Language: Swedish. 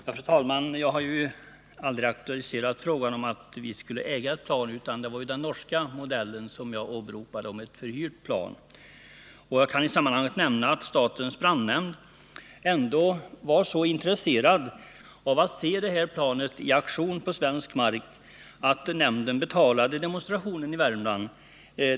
Fru talman! Jag har aldrig aktualiserat frågan om att vi skulle äga planet, utan det var den norska modellen med ett förhyrt plan som jag åberopade. Jag kan i sammanhanget nämna att statens brandnämnd var så intresserad av att se detta norska plan i aktion på svensk mark att nämnden betalade demonstrationen i Värmland.